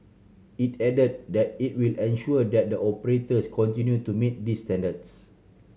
it added that it will ensure that the operators continue to meet these standards